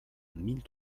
mille